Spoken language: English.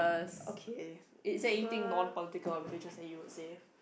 okay is is there anything non political or religious that you would say